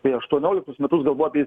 kai aštuonioliktus metus gal buvo apie